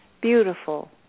beautiful